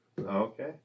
Okay